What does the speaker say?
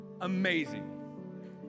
amazing